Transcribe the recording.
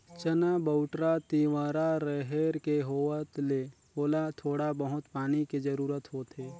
चना, बउटरा, तिंवरा, रहेर के होवत ले ओला थोड़ा बहुत पानी के जरूरत होथे